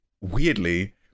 weirdly